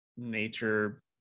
Nature